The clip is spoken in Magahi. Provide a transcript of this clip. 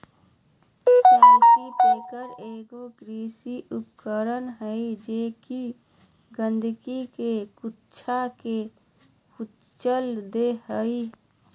कल्टीपैकर एगो कृषि उपकरण हइ जे कि गंदगी के गुच्छा के कुचल दे हइ